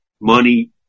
money